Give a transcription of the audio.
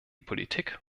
politik